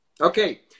Okay